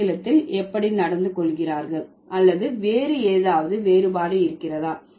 ஆங்கிலத்தில் எப்படி நடந்து கொள்கிறார்கள் அல்லது வேறு ஏதாவது வேறுபாடு இருக்கிறதா